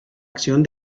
acción